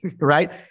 right